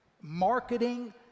marketing